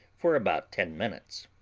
for about ten minutes.